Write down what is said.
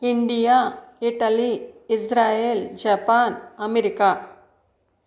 India Italy Israel Japan America